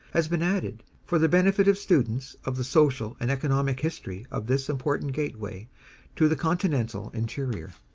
has been added, for the benefit of students of the social and economic history of this important gateway to the continental interior.